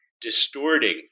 distorting